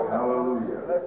Hallelujah